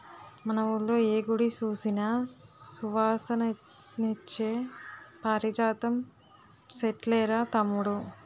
మన వూళ్ళో ఏ గుడి సూసినా సువాసనలిచ్చే పారిజాతం సెట్లేరా తమ్ముడూ